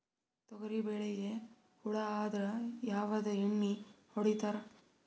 ತೊಗರಿಬೇಳಿಗಿ ಹುಳ ಆದರ ಯಾವದ ಎಣ್ಣಿ ಹೊಡಿತ್ತಾರ?